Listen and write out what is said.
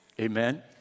Amen